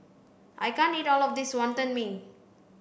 I can't eat all of this wantan mee